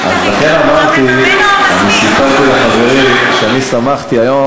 אני סיפרתי לחברים שאני שמחתי היום,